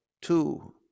two